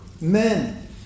men